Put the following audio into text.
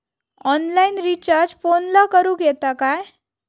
Online recharge फोनला करूक येता काय?